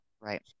Right